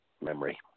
memory